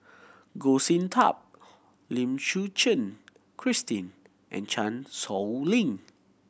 Goh Sin Tub Lim Suchen Christine and Chan Sow Lin